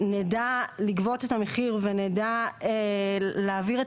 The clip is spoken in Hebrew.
נדע לגבות את המחיר ונדע להעביר את